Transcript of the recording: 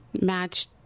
match